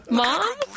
mom